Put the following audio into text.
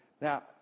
Now